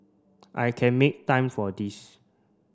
I can make time for this